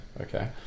okay